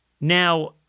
Now